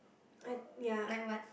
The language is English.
I ya